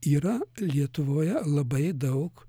yra lietuvoje labai daug